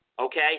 okay